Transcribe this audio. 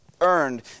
earned